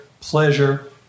pleasure